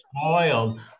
spoiled